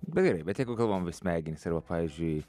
bet gerai bet jeigu kalbam apie smegenis arba pavyzdžiui